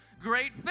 great